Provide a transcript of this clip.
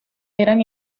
eran